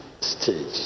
stage